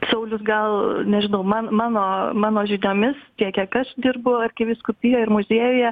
saulius gal nežinau man mano mano žiniomis tiek kiek aš dirbu arkivyskupijoj ir muziejuje